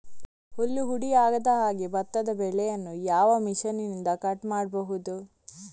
ಹುಲ್ಲು ಹುಡಿ ಆಗದಹಾಗೆ ಭತ್ತದ ಬೆಳೆಯನ್ನು ಯಾವ ಮಿಷನ್ನಿಂದ ಕಟ್ ಮಾಡಬಹುದು?